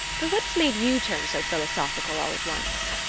but what has made you turn so philosophical all at once?